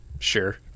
Sure